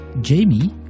Jamie